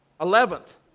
Eleventh